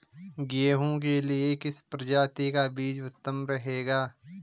गेहूँ के लिए किस प्रजाति का बीज उत्तम रहेगा?